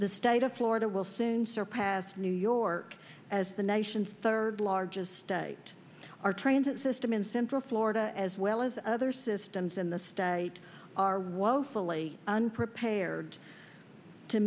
the state of florida will soon surpass new york as the nation's third largest our transit system in central florida as well as other systems in the state are woefully unprepared to